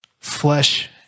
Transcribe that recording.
Flesh